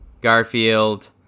Garfield